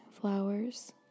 flowers